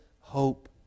hope